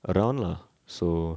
around lah so